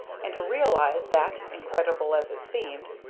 and to realize that, incredible as it seemed,